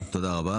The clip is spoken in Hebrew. תודה רבה.